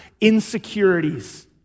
insecurities